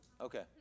Okay